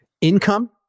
Income